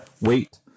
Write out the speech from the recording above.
wait